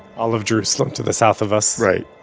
all of jerusalem to the south of us right.